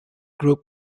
group